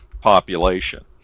population